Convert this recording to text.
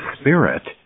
Spirit